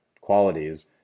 qualities